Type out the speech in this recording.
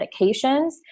medications